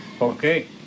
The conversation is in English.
Okay